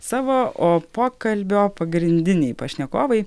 savo o pokalbio pagrindiniai pašnekovai